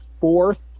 fourth